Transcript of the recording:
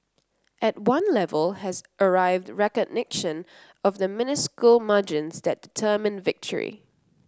at one level has arrived recognition of the minuscule margins that determine victory